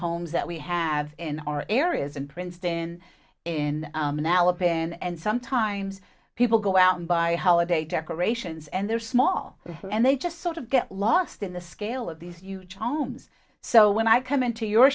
that we have in our areas in princeton in alabama and sometimes people go out and buy holiday decorations and they're small and they just sort of get lost in the scale of these huge homes so when i come into your